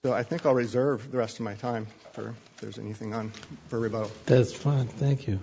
so i think i'll reserve the rest of my time for there's anything on that's fine thank you